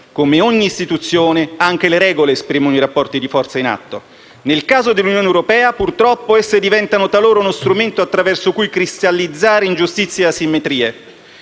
Come ogni istituzione, anche le regole esprimono i rapporti di forza in atto. Nel caso dell'Unione europea, purtroppo, esse diventano talora uno strumento attraverso cui cristallizzare ingiustizie e asimmetrie.